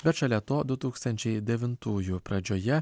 bet šalia to du tūkstančiai devintųjų pradžioje